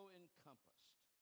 encompassed